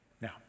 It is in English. Now